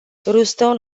ruston